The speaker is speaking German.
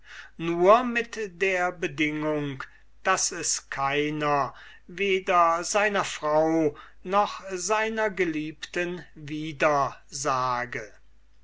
nur mit der bedingung daß es keiner weder seiner frau noch seiner geliebten wieder